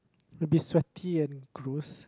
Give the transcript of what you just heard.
you'll be sweaty and gross